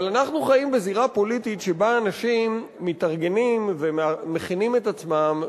אבל אנחנו חיים בזירה פוליטית שבה אנשים מתארגנים ומכינים את עצמם,